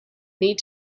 need